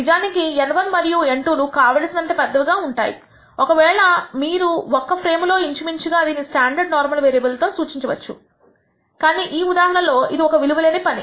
నిజానికి N1 మరియు N2 లు కావలసినంత పెద్దవిగా ఉంటాయి ఒకవేళ మీరు ఒక్క ఫ్రేములో ఇంచుమించుగా దీనిని స్టాండర్డ్ నార్మల్ వేరియాబుల్ తోసూచించవచ్చు కానీ ఈ ఉదాహరణలో ఇది ఒక విలువ లేని పని